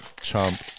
chump